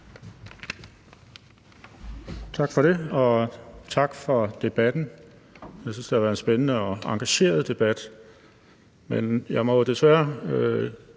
Tak for det, og tak for debatten. Jeg synes, at det har været en spændende og engageret debat, men jeg må jo desværre